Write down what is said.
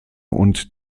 und